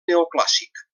neoclàssic